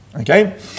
Okay